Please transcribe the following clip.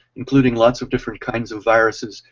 including lots of different kinds of viruses,